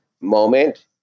moment